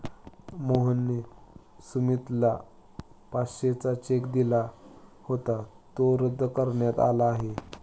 मोहनने सुमितला पाचशेचा चेक दिला होता जो रद्द करण्यात आला आहे